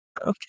Okay